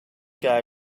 guy